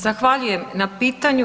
Zahvaljujem na pitanju.